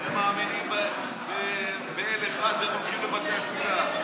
הם מאמינים באל אחד והם הולכים לבתי התפילה.